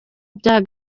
bya